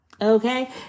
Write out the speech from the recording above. okay